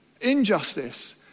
injustice